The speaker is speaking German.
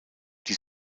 die